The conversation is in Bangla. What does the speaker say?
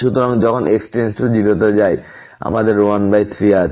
সুতরাং যখন x → 0 এটি 0 তে যায় আমাদের 13আছে